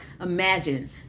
imagine